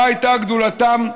מה הייתה גדולתם,